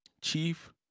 Chief